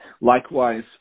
Likewise